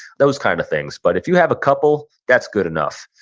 those kinds of things. but if you have a couple, that's good enough.